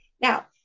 Now